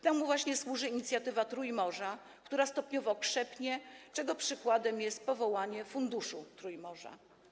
Temu właśnie służy inicjatywa Trójmorza, która stopniowo krzepnie, czego przykładem jest powołanie Funduszu Trójmorza.